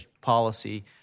policy